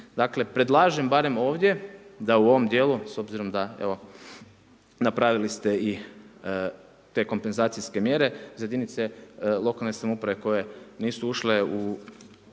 Dakle, predlažem barem ovdje da u ovom dijelu, s obzirom da evo, napravili ste i te kompenzacijske mjere za jedinice lokalne samouprave koje nisu ušle u